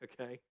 okay